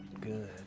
Good